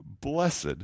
blessed